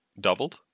doubled